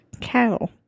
cattle